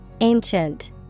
Ancient